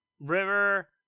river